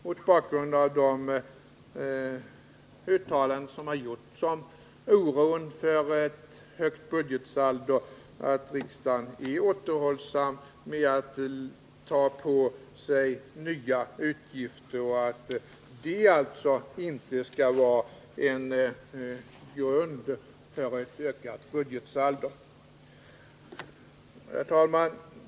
Mot bakgrund av de uttalanden som gjorts om oron för ett högt budgetsaldo är min förhoppning att riksdagen skall vara återhållsam med att ta på sig nya utgifter, så att det inte blir en grund för ett ökat budgetsaldo. Herr talman!